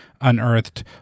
unearthed